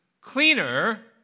cleaner